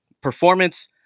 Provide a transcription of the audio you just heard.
performance